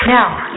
Now